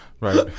Right